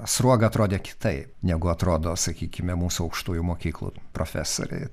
sruoga atrodė kitaip negu atrodo sakykime mūsų aukštųjų mokyklų profesoriai